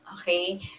Okay